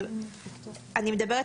אבל אני מדברת,